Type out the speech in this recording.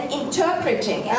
interpreting